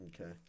Okay